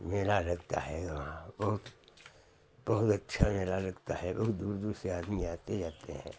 मेला लगता है वहाँ बहुत बहुत अच्छा मेला लगता है बहुत दूर दूर से आदमी आते जाते हैं